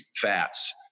fats